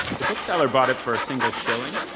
the bookseller bought it for a single shilling,